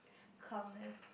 calmness